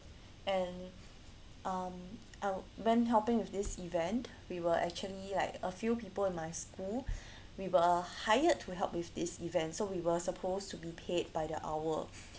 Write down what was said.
and um I'll when helping with this event we were actually like a few people in my school we were hired to help with this event so we were supposed to be paid by the hour